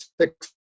six